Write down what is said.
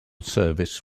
service